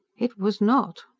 it was not.